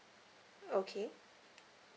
okay